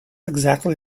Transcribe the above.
exactly